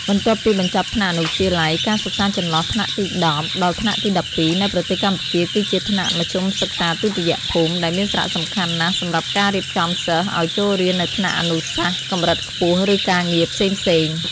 បន្ទាប់ពីបញ្ចប់ថ្នាក់អនុវិទ្យាល័យ ការសិក្សាចន្លោះថ្នាក់ទី១០ដល់ថ្នាក់ទី១២ នៅប្រទេសកម្ពុជា គឺជាថ្នាក់មធ្យមសិក្សាទុតិយភូមិ ដែលមានសារៈសំខាន់ណាស់សម្រាប់ការរៀបចំសិស្សឱ្យចូលរៀននៅថ្នាក់អនុសាសន៍កំរិតខ្ពស់ ឬការងារផ្សេងៗ។